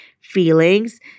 feelings